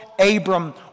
Abram